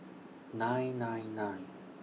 nine nine nine